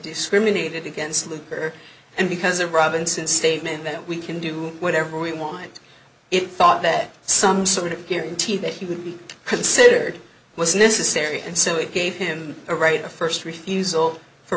discriminated against her and because of robinson's statement that we can do whatever we want it thought that some sort of guarantee that he would be considered was necessary and so it gave him a right of first refusal for